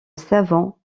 savants